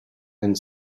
and